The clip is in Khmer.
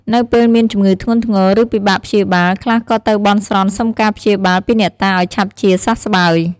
នៅពេលមានជំងឺធ្ងន់ធ្ងរ ឬពិបាកព្យាបាល ខ្លះក៏ទៅបន់ស្រន់សុំការព្យាបាល ពីអ្នកតាឱ្យឆាប់ជាសះស្បើយ។